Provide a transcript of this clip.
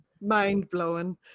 mind-blowing